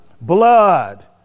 blood